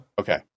okay